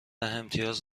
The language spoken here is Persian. امتیاز